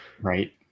Right